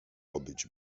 obyć